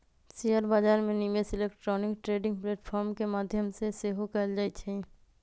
share बजार में निवेश इलेक्ट्रॉनिक ट्रेडिंग प्लेटफॉर्म के माध्यम से सेहो कएल जाइ छइ